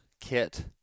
kit